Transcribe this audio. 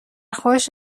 خورش